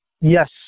Yes